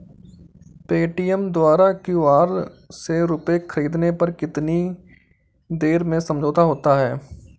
Paytm द्वारा QR से रूपए ख़रीदने पर कितनी देर में समझौता होता है?